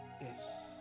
Yes